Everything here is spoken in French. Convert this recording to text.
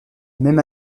même